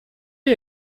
you